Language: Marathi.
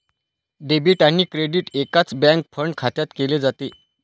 डेबिट आणि क्रेडिट एकाच बँक फंड खात्यात केले जाते